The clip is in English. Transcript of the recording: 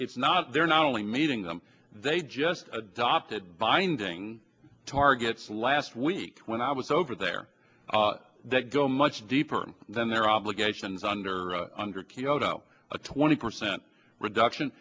it's not they're not only meeting them they just adopted binding targets last week when i was over there that go much deeper than their obligations under under kyoto a twenty percent reduction